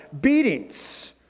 beatings